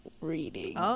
reading